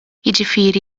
jiġifieri